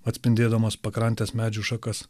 atspindėdamos pakrantės medžių šakas